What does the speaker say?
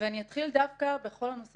אני אתחיל דווקא בכל הנושא